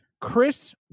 Chris